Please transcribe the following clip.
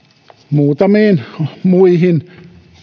muutamiin muihin